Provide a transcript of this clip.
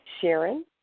Sharon